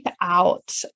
out